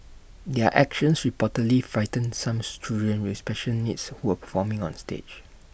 their actions reportedly frightened some children with special needs who were performing on stage